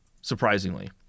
surprisingly